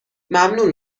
ممنون